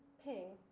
ping,